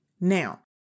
Now